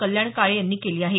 कल्याण काळे यांनी केली आहे